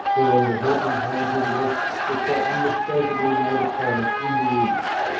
whereon the helping hand of the west was so unmistak ably made apparent in the east.